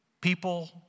People